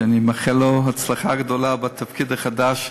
ואני מאחל לו הצלחה גדולה בתפקיד החדש,